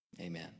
amen